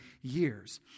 years